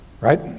right